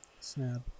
Snap